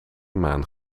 maan